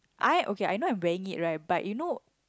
I okay I know I'm wearing it right but you know